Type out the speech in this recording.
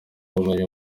ubumenyi